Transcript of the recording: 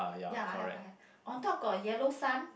ya I have I have on top got yellow sun